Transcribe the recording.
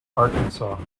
arkansas